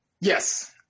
yes